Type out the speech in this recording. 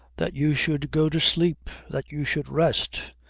that you should go to sleep. that you should rest.